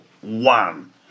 one